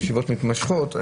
בישיבות מתמשכות.